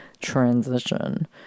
Transition